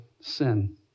sin